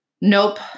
Nope